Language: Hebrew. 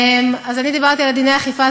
אז אני דיברתי על דיני האכיפה,